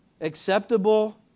acceptable